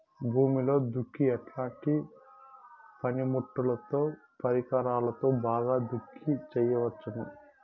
భూమిలో దుక్కి ఎట్లాంటి పనిముట్లుతో, పరికరాలతో బాగా దుక్కి చేయవచ్చున?